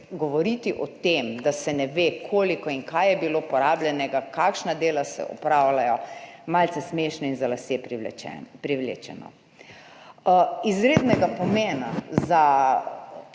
govoriti o tem, da se ne ve, koliko in kaj je bilo porabljenega, kakšna dela se opravljajo, malce smešno in za lase privlečeno. Izrednega pomena za